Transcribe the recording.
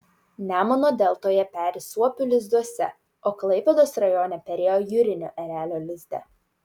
nemuno deltoje peri suopių lizduose o klaipėdos rajone perėjo jūrinio erelio lizde